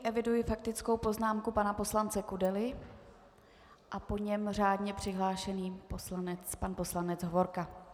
Eviduji faktickou poznámku pana poslance Kudely a po něm řádně přihlášený pan poslanec Hovorka.